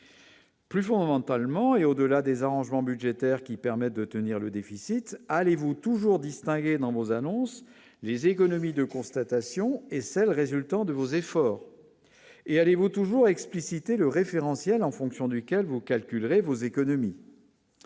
Plus fondamentalement, et au-delà des arrangements budgétaire qui permet de tenir le déficit allez-vous toujours distingué dans vos annonces les économies de constatation et celles résultant de vos efforts et toujours explicité le référentiel en fonction duquel vos calculs rêve aux économies.